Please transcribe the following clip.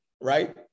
right